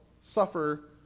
suffer